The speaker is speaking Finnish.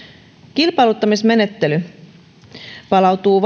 kilpailuttamismenettely palautuu